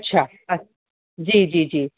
अच्छा अ जी जी जी